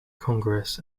congress